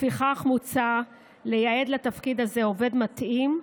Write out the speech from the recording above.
לפיכך, מוצע לייעד לתפקיד הזה עובד מתאים,